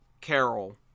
Carol